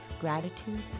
Gratitude